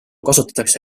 kasutatakse